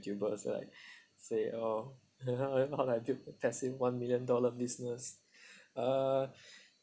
youtubers like say oh one million dollar business uh